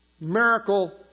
miracle